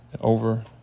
over